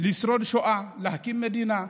לשרוד בשואה, להקים מדינה,